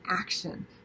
action